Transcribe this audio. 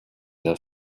the